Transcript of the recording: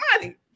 money